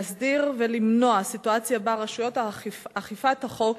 להסדיר ולמנוע סיטואציה שבה רשויות אכיפת החוק